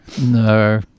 No